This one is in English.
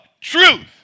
truth